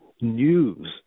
news